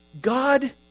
God